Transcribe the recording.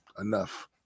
enough